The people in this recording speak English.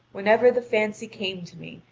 whenever the fancy came to me,